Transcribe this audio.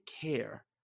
care